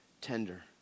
tender